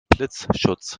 blitzschutz